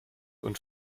und